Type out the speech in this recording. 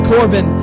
Corbin